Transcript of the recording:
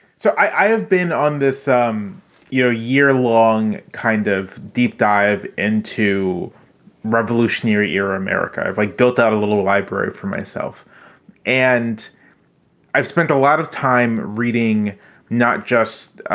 so i have been on this um you know year long, kind of deep dive into revolutionary era america. i've like built out a little library for myself and i've spent a lot of time reading not just,